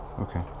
okay